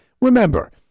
Remember